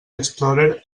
explorer